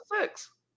six